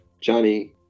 Johnny